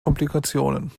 komplikationen